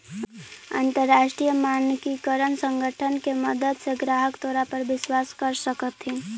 अंतरराष्ट्रीय मानकीकरण संगठन के मदद से ग्राहक तोरा पर विश्वास कर सकतथीन